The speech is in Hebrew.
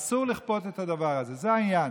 אסור לכפות את הדבר הזה, זה העניין.